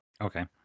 Okay